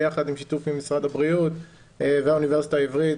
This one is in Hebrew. ביחד עם משרד הבריאות והאוניברסיטה העברית,